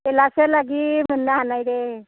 बेलासे लागि मोननो हानाय दे